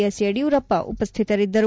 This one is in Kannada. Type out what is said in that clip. ಎಸ್ ಯಡಿಯೂರಪ್ಪ ಉಪಸ್ಥಿತರಿದ್ದರು